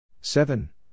seven